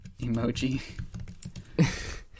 emoji